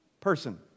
person